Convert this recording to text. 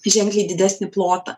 ženkliai didesnį plotą